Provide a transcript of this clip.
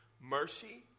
mercy